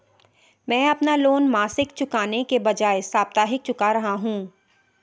मैं अपना लोन मासिक चुकाने के बजाए साप्ताहिक चुका रहा हूँ